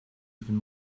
even